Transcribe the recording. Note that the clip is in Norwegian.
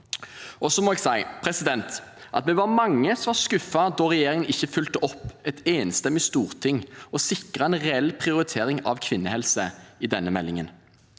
i. Så må jeg si at vi var mange som var skuffet da regjeringen ikke fulgte opp et enstemmig storting og sikret en reell prioritering av kvinnehelse i denne meldingen.